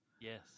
Yes